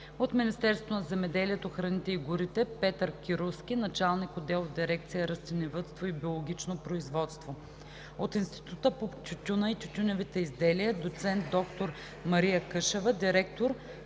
Министерството на земеделието, храните и горите – Петър Кировски – началник отдел в дирекция „Растениевъдство и биологично производство“; Института по тютюна и тютюневите изделия – доцент доктор Мария Къшева – директор,